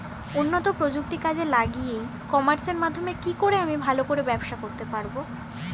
উন্নত প্রযুক্তি কাজে লাগিয়ে ই কমার্সের মাধ্যমে কি করে আমি ভালো করে ব্যবসা করতে পারব?